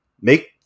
make